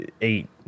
eight